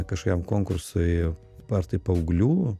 kažkokiam konkursui ar tai paauglių